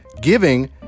giving